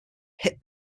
hit